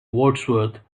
wordsworth